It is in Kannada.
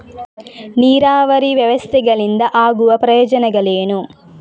ನೀರಾವರಿ ವ್ಯವಸ್ಥೆಗಳಿಂದ ಆಗುವ ಪ್ರಯೋಜನಗಳೇನು?